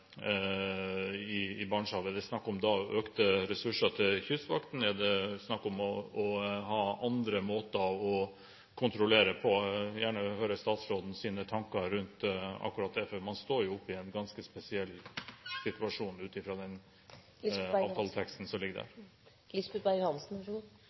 i Barentshavet? Er det snakk om økte ressurser til Kystvakten? Er det snakk om å ha andre måter å kontrollere på? Jeg vil gjerne høre statsrådens tanker rundt akkurat dette, for man står jo oppe i en ganske spesiell situasjon ut fra den avtaleteksten som ligger